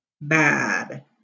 Bad